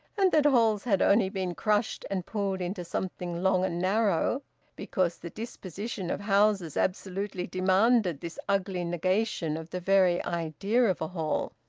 and that halls had only been crushed and pulled into something long and narrow because the disposition of houses absolutely demanded this ugly negation of the very idea of a hall.